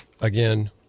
again